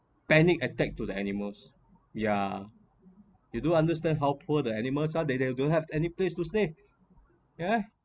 panic attack to the animals yeah you do understand how poor the animals are they they don't have any place to say yeah